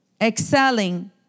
excelling